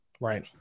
Right